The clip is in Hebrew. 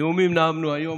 נאומים נאמנו היום,